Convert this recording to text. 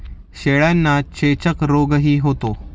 शेळ्यांना चेचक रोगही होतो